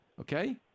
Okay